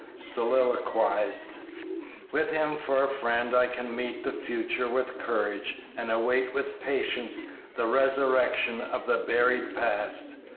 soliloquized with him for a friend, i can meet the future with courage and await with patience the resurrection of the buried past.